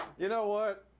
you know what?